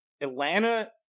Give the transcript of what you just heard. Atlanta